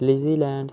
New Zealand